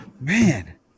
man